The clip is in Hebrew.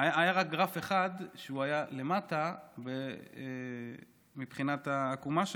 היה רק גרף אחד שהוא היה למטה מבחינת העקומה שלו,